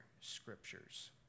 scriptures